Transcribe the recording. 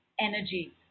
energy